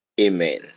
amen